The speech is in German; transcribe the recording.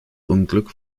unglück